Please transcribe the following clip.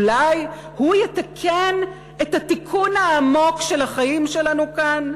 אולי הוא יתקן את התיקון העמוק של החיים שלנו כאן?